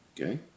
Okay